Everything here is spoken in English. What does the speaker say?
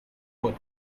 wood